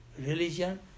religion